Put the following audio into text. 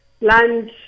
lunch